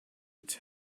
its